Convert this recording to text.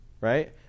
Right